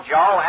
Joe